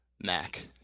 Mac